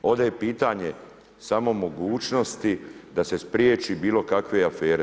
Ovdje je pitanje samo mogućnosti da se spriječi bilo kakve afere.